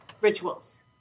rituals